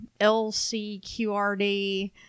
LCQRD